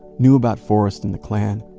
knew about forrest and the klan.